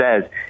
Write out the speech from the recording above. says